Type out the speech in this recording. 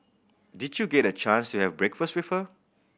did you get a chance to have breakfast with her